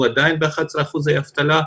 הוא עדיין ב-11% אבטלה,